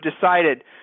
decided